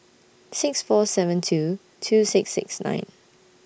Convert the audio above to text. six four seven two two six six nine